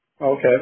okay